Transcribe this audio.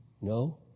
No